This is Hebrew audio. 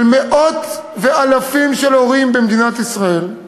של מאות ואלפים של הורים במדינת ישראל,